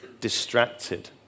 Distracted